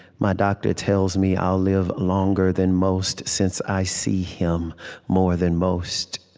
my doctor tells me i'll live longer than most since i see him more than most.